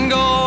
go